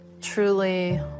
truly